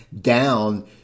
down